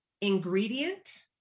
ingredient